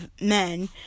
men